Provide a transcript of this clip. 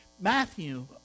Matthew